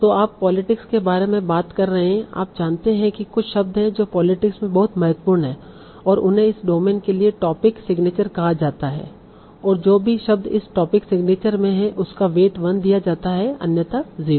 तो आप पोलिटिक्स के बारे में बात कर रहे हैं आप जानते हैं कि कुछ शब्द हैं जो पोलिटिक्स में बहुत महत्वपूर्ण हैं और उन्हें इस डोमेन के लिए टोपिक सिग्नेचर कहा जाता है और जो भी शब्द इस टोपिक सिग्नेचर में है उसको वेट 1 दिया जाता है अन्यथा 0